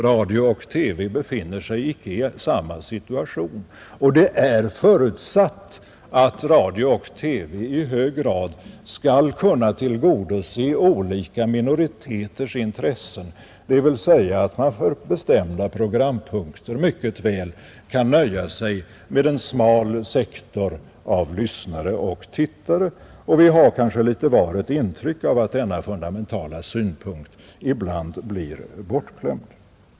Radio och TV befinner sig icke i samma situation, och det är förutsatt att radio och TV i hög grad skall kunna tillgodose olika minoriteters intressen, det vill säga att man för bestämda programpunkter mycket väl kan nöja sig med en smal sektor av lyssnare och tittare. Vi har kanske litet var ett intryck av att denna fundamentala synpunkt ibland blir bortglömd.